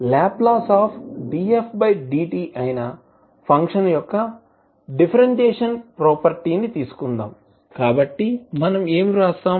Ldfdt అయిన function యొక్క differentiation property ని తీసుకుందాం కాబట్టి మనం ఏమి వ్రాస్తాము